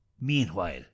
meanwhile